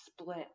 split